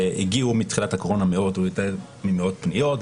הגיעו מתחילת הקורונה מאות או יותר ממאות פניות,